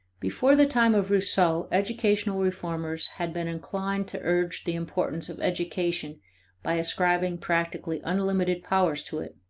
before the time of rousseau educational reformers had been inclined to urge the importance of education by ascribing practically unlimited power to it.